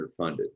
underfunded